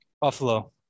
Buffalo